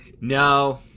No